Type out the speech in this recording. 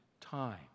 time